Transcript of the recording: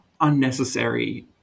unnecessary